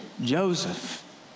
Joseph